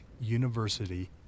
University